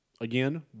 again